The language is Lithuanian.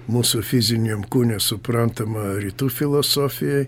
mūsų fiziniam kūne suprantama rytų filosofija